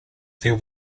there